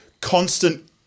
constant